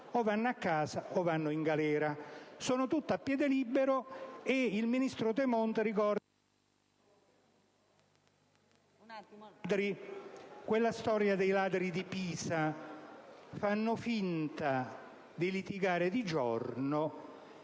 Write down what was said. o vanno a casa o vanno in galera; invece, sono tutti a piede libero. Il ministro Tremonti ricorda quella storia dei ladri di Pisa: fanno finta di litigare di giorno